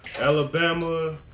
Alabama